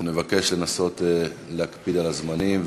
נבקש לנסות להקפיד על הזמנים.